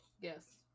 Yes